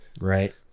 right